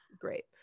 great